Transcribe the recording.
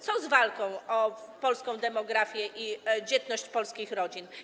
Co z walką o polską demografię i dzietność polskich rodzin?